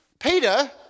Peter